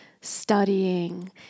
studying